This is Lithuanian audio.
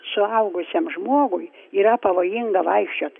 suaugusiam žmogui yra pavojinga vaikščiot